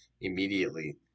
immediately